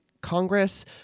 Congress